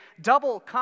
double